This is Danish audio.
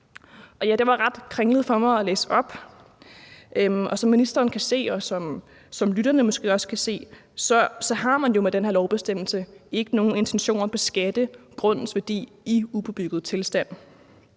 Det var ret kringlet for mig at læse op. Og som ministeren kan se, og som lytterne måske også kan forstå, har man jo med den her lovbestemmelse ikke nogen intentioner om at beskatte grundens værdi i ubebygget tilstand.